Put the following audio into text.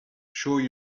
sure